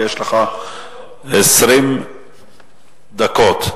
יש לך 20 דקות.